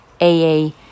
AA